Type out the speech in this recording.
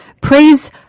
Praise